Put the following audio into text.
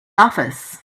office